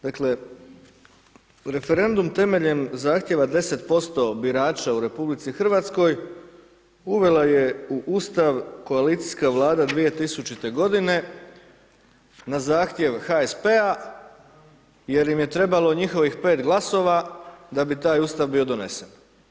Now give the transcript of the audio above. Dakle, referendum temeljem 10% birača u RH uvela je u Ustav koalicijska vlada 2000. godine na zahtjev HSP-a jer im je trebalo njihovih 5 glasova da bi taj Ustav bio donesen.